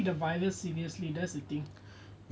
they never take the virus seriously that's the thing